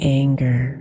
anger